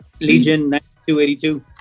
Legion9282